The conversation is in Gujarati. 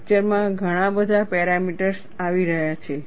પીકચરમાં ઘણા બધા પેરામીટર્સ આવી રહ્યા છે